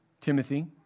Timothy